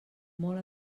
molt